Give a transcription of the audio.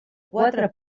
quatre